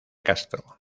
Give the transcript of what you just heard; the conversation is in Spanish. castro